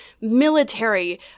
military